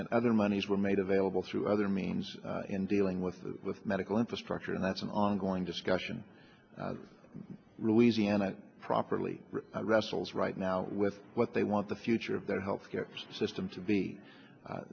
and other moneys were made available through other means in dealing with with medical infrastructure and that's an ongoing discussion really easy and that properly wrestles right now with what they want the future of their health care system to be